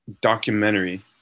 documentary